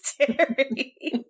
Terry